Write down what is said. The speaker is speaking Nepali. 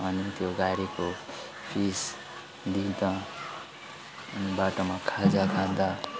अनि त्यो गाडीको फिस दिँदा अनि बाटोमा खाजा खाँदा